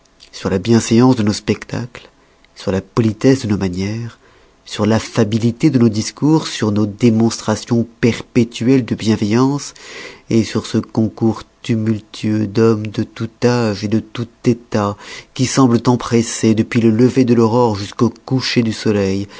sur la bienséance de nos spectacles sur la politesse de nos manières sur l'affabilité de nos discours sur nos démonstrations perpétuelles de bienveillance sur ce concours tumultueux d'hommes de tout âge de tout état qui semblent empressés depuis le lever de l'aurore jusqu'au coucher du soleil